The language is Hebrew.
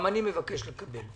גם אני מבקש לקבל.